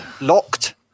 Locked